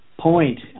point